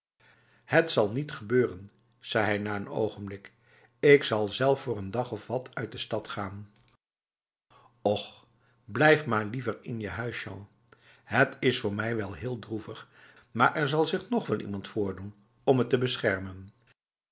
het zal niet gebeuren zei hij na een ogenblik ik zal zelf voor n dag of wat uit de stad gaanf ochh blijf maar liever in je huis jean het is voor mij wel heel droevig maar er zal zich nog wel iemand voordoen om me te beschermen